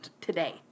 today